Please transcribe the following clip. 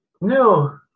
No